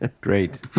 great